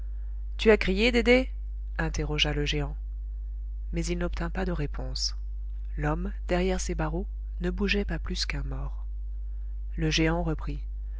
tu as crié dédé interrogea le géant mais il n'obtint pas de réponse l'homme derrière ses barreaux ne bougeait pas plus qu'un mort le géant reprit